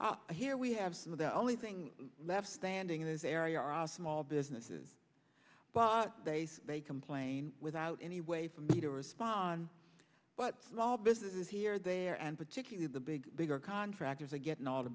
here we have some of the only thing left standing in this area are awesome all businesses but they complain without any way for me to respond but it's all businesses here there and particularly the big bigger contractors are getting all the